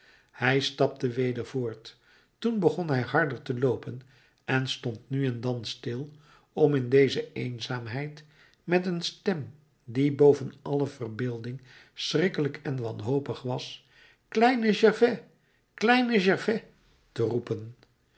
hij stapte weder voort toen begon hij harder te loopen en stond nu en dan stil om in deze eenzaamheid met een stem die boven alle verbeelding schrikkelijk en wanhopig was kleine gervais kleine gervais te roepen